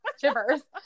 shivers